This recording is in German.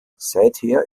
seither